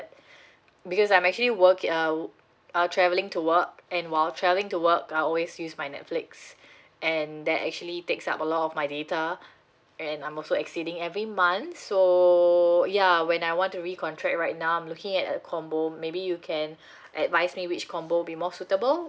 because I'm actually worked uh I'm traveling to work and while traveling to work I always use my netflix and that actually takes up a lot of my data and I'm also exceeding every month so ya when I want to recontract right now I'm looking at a combo maybe you can advise me which combo would be more suitable